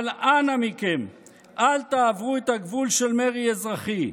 אבל אנא מכם, אל תעברו את הגבול של מרי אזרחי,